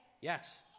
Yes